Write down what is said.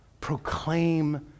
Proclaim